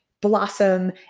blossom